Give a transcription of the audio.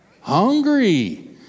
Hungry